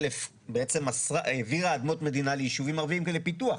בעצם העבירה אדמות מדינה לישובים ערביים לפיתוח.